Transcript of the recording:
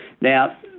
Now